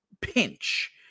pinch